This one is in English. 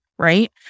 right